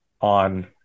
on